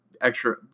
extra